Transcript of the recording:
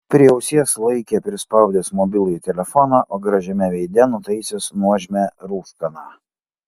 prie ausies laikė prispaudęs mobilųjį telefoną o gražiame veide nutaisęs nuožmią rūškaną